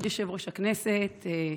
כבוד יושב-ראש הכנסת,